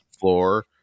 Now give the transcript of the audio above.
floor